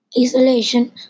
isolation